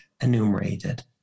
enumerated